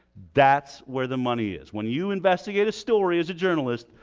that's where the money is. when you investigate a story as a journalist,